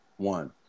One